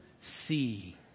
see